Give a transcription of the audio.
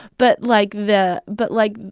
but, like, the but, like,